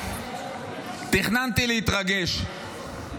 תכננתי להתרגש,